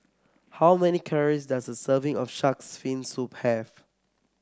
how many calories does a serving of shark's fin soup have